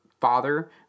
father